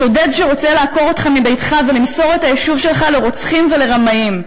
שודד שרוצה לעקור אותך מביתך ולמסור את היישוב שלך לרוצחים ולרמאים,